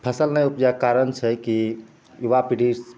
फसल नहि उपजैके कारण छै कि युवा पीढ़ी